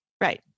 Right